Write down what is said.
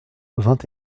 vingt